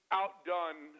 outdone